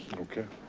okay.